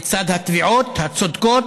לצד התביעות הצודקות,